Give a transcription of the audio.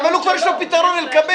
אבל הוא כבר יש לו פתרון, אלקבץ.